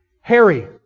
Harry